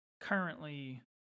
currently